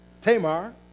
Tamar